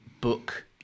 book